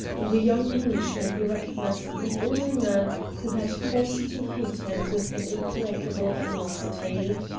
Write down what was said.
in the young englishman he recognized the only man who had cause to hate him with an implacable animosity.